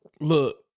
Look